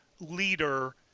leader